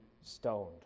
stoned